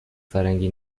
فرنگی